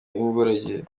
imburagihe